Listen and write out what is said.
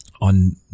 on